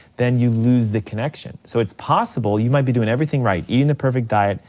then you lose the connection. so it's possible, you might be doing everything right, eating the perfect diet,